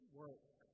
work